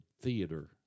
theater